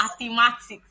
mathematics